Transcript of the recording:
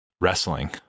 Wrestling